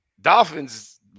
Dolphins